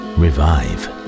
revive